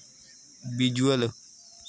visual